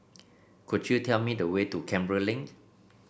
could you tell me the way to Canberra Link